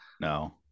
No